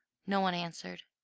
no one answered.